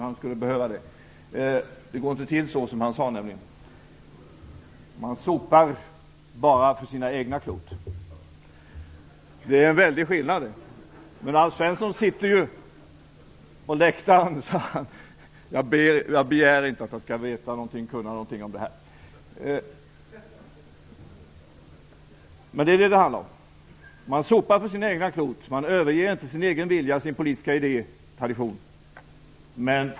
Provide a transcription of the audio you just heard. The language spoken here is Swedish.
Han skulle behöva det. Det går nämligen inte till som han sade. Man sopar bara för sina egna klot. Det är en väldig skillnad. Men Alf Svensson sitter ju på läktaren så jag begär inte att han skall kunna något om detta. Men det är detta som det handlar om, nämligen att man sopar för sina egna klot och att man inte överger sin egen vilja, sina politiska idéer och traditioner.